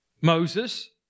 Moses